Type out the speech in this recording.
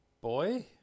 boy